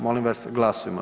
Molim vas glasujmo.